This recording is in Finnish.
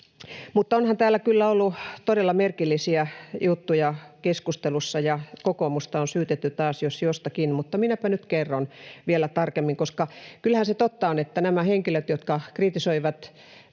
Mutta onhan täällä kyllä ollut todella merkillisiä juttuja keskustelussa, ja kokoomusta on syytetty taas jos jostakin, mutta minäpä nyt kerron vielä tarkemmin. Kyllähän se totta on, että nämä henkilöt, jotka kritisoivat